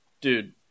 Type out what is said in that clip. Dude